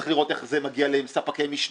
צריך לראות איך זה מגיע אליהם עם ספקי משנה.